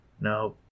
No